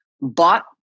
bought